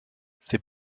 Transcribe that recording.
ses